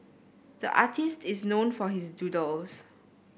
the artist is known for his doodles